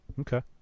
Okay